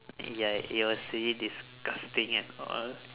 ya it was really disgusting and all